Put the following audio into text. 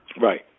Right